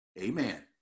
amen